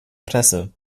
presse